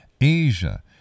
Asia